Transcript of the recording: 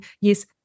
Yes